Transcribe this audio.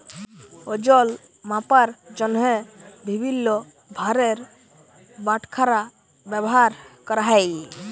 ওজল মাপার জ্যনহে বিভিল্ল্য ভারের বাটখারা ব্যাভার ক্যরা হ্যয়